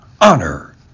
honor